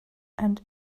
and